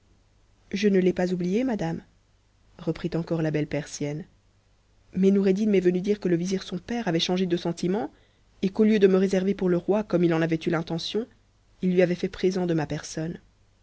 je ne l'ai pas oublié madame reprit encore la belle persienne mais noureddin m'est venu dire que le vizir son père avait changé de se timent et qu'au lieu de me réserver pour le roi comme il en avait en l'intention il lui avait fait présent de ma personne